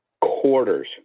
quarters